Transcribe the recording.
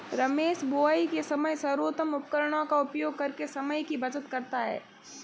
रमेश बुवाई के समय सर्वोत्तम उपकरणों का उपयोग करके समय की बचत करता है